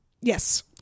Yes